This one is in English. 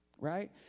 right